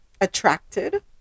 attracted